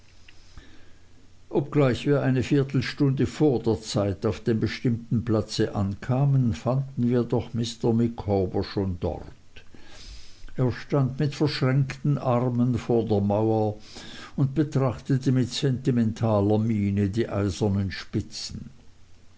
obgleich wir eine viertelstunde vor der zeit auf dem bestimmten platze ankamen fanden wir doch mr micawber schon dort er stand mit verschränkten armen vor der mauer und betrachtete mit sentimentaler miene die eisernen spitzen